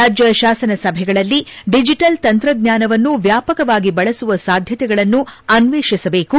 ರಾಜ್ಯ ಶಾಸನಸಭೆಗಳಲ್ಲಿ ಡಿಜಿಟಲ್ ತಂತ್ರಜ್ಞಾನವನ್ನು ವ್ಯಾಪಕವಾಗಿ ಬಳಸುವ ಸಾಧ್ಯತೆಗಳನ್ನು ಅನ್ವೇಷಿಸಬೇಕು